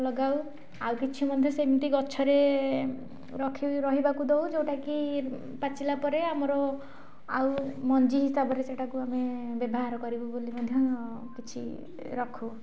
ଲଗାଉ ଆଉ କିଛି ମଧ୍ୟ ସେମିତି ଗଛରେ ରହିବାକୁ ଦେଉ ଯେଉଁଟା କି ପାଚିଲା ପରେ ଆମର ଆଉ ମଞ୍ଜି ହିସାବରେ ସେଇଟାକୁ ଆମେ ବ୍ୟବହାର କରିବୁ ବୋଲି ମଧ୍ୟ କିଛି ରଖୁ